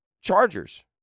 Chargers